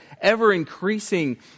ever-increasing